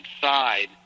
side